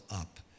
up